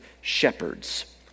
shepherds